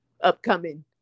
upcoming